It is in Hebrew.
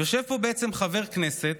יושב פה בעצם חבר כנסת